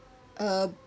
uh